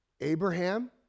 Abraham